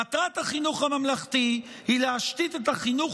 "מטרת החינוך הממלכתי היא להשתית את החינוך